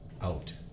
out